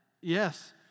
yes